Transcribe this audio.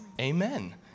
Amen